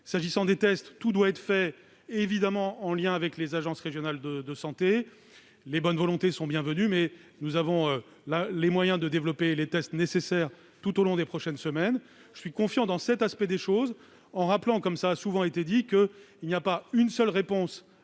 Concernant les tests, tout doit être fait, évidemment, en lien avec les agences régionales de santé. Les bonnes volontés sont bienvenues, mais nous avons les moyens de développer les tests nécessaires tout au long des prochaines semaines. Je suis confiant dans cet aspect des choses, et je rappellerai- cela a souvent été dit -qu'il n'y a pas une seule réponse